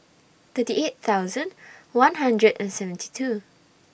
thirty eight thousand one hundred and seventy two